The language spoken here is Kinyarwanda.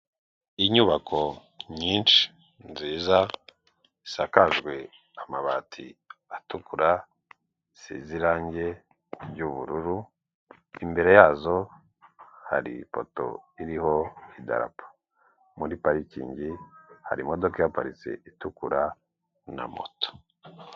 Inyubako nyinshi nziza zisakajwe amabati atukura, zisize irangi ry'ubururu, imbere yazo hari ipoto iriho idarapo, muri parikingi hari imodoka ihaparitse itukura, na moto.